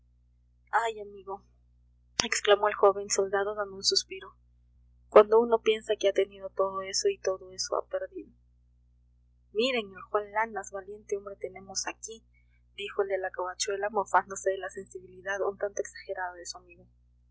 ay amigo exclamó el joven soldado dando un suspiro cuando uno piensa que ha tenido todo eso y todo eso ha perdido miren el juan lanas valiente hombre tenemos aquí dijo el de la covachuela mofándose de la sensibilidad un tanto exagerada de